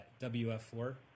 WF4